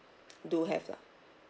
do have ah